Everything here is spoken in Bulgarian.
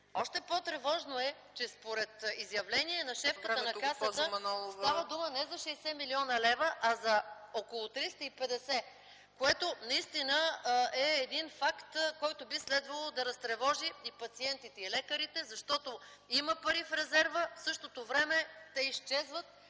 Още по-тревожно е, че според изявление на шефката на Касата става дума не за 60 млн. лв., а за около 350, което наистина е един факт, който би следвало да разтревожи пациентите и лекарите, защото има пари в резерва, а в същото време те изчезват,